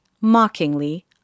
mockingly